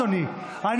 לא, אתה מרשה לי להצביע?